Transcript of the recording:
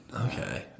Okay